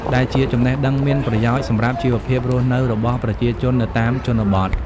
ដែលជាចំណេះដឹងមានប្រយោជន៍សម្រាប់ជីវភាពរស់នៅរបស់ប្រជាជននៅតាមជនបទ។